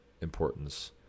importance